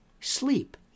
sleep